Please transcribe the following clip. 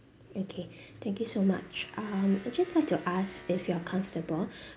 okay thank you so much um we just like to ask if you're comfortable